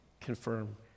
confirm